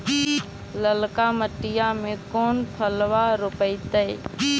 ललका मटीया मे कोन फलबा रोपयतय?